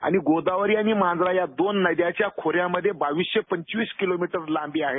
आणि गोदावरी आणि मांजरा या दोन नद्यांच्या खोऱ्यामधे बावीसशे पंचवीस किलोमीटर लांबी आहे